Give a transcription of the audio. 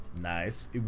Nice